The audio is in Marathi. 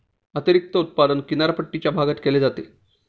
अतिरिक्त उत्पादन किनारपट्टीच्या भागात केले जाते